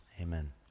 amen